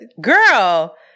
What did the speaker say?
girl